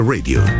Radio